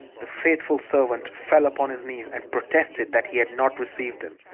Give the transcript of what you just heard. the faithful servant fell upon his knees, and protested that he had not received them.